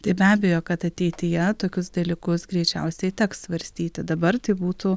tai be abejo kad ateityje tokius dalykus greičiausiai teks svarstyti dabar tai būtų